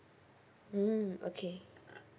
mm okay